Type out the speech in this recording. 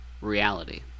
reality